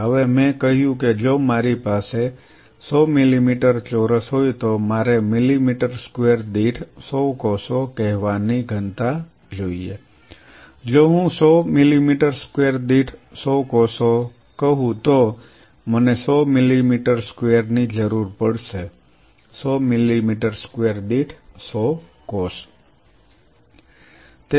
હવે મેં કહ્યું કે જો મારી પાસે 100 મિલીમીટર ચોરસ હોય તો મારે મિલીમીટર સ્ક્વેર દીઠ 100 કોષો કહેવાની ઘનતા જોઈએ છે જો હું 100 મિલીમીટર સ્ક્વેર દીઠ 100 કોષો હોઉં તો મને 100 મિલીમીટર સ્ક્વેરની જરૂર પડશે 100 મિલીમીટર સ્ક્વેર દીઠ 100 સેલ